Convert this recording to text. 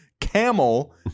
Camel